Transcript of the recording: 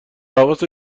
حواست